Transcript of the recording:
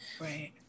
right